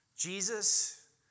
Jesus